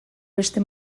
beste